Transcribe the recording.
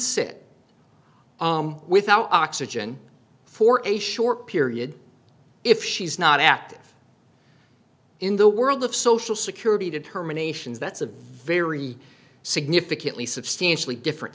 sit without oxygen for a short period if she's not active in the world of social security determinations that's a very significantly substantially different